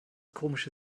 komische